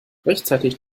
rechtzeitig